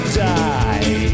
die